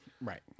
Right